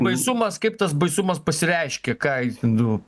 baisumas kaip tas baisumas pasireiškia ką j nu